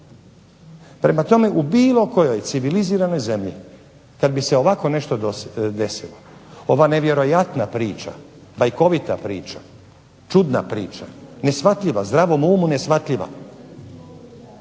Prema tome, u bilo kojoj civiliziranoj zemlji kada bi se ovako nešto desilo ova nevjerojatna priča, bajkovita priča, čudna priča, neshvatljiva, zdravom umu neshvatljiva,